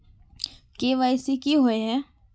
KYC की हिये है?